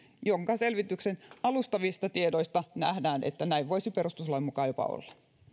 jonka selvityksen alustavista tiedoista nähdään että näin voisi perustuslain mukaan jopa olla